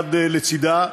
שעבד לצדה,